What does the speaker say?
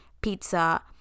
pizza